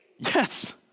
Yes